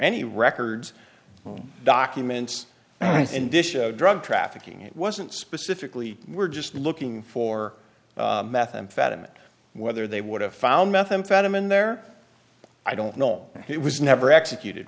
any records documents and vicious drug trafficking it wasn't specifically we're just looking for methamphetamine whether they would have found methamphetamine there i don't know it was never executed